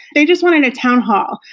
they just wanted a town hall,